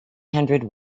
hundred